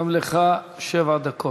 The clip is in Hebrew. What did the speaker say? גם לך שבע דקות.